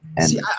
See